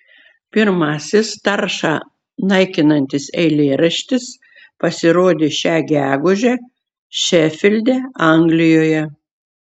pirmasis taršą naikinantis eilėraštis pasirodė šią gegužę šefilde anglijoje